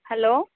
hello